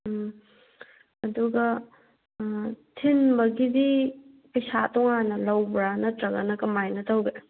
ꯎꯝ ꯑꯗꯨꯒ ꯊꯤꯟꯕꯒꯤꯗꯤ ꯄꯩꯁꯥ ꯇꯣꯉꯥꯟꯅ ꯂꯧꯕ꯭ꯔꯥ ꯅꯠꯇ꯭ꯔꯒ ꯀꯔꯃꯥꯏꯅ ꯇꯧꯕꯒꯦ